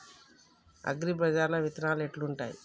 అగ్రిబజార్ల విత్తనాలు ఎట్లుంటయ్?